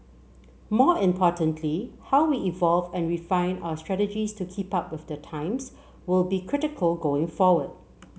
more importantly how we evolve and refine our strategies to keep up with the times will be critical going forward